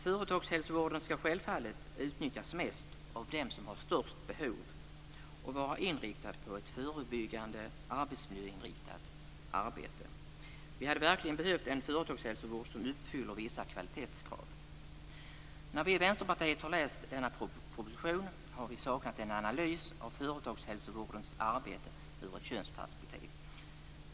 Företagshälsovården ska självfallet utnyttjas mest av dem som har störst behov och vara inriktad på ett förebyggande, arbetsmiljöinriktat arbete. Vi hade verkligen behövt en företagshälsovård som uppfyller vissa kvalitetskrav. När vi i Vänsterpartiet har läst denna proposition har vi saknat en analys av företagshälsovårdens arbete ur ett könsperspektiv.